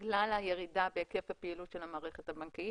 בגלל הירידה בהיקף הפעילות של המערכת הבנקאית,